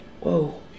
Whoa